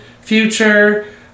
future